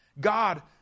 God